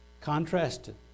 contrasted